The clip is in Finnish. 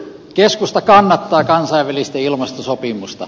keskusta kannattaa kansainvälistä ilmastosopimusta